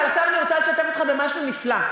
אבל עכשיו אני רוצה לשתף אותך במשהו נפלא.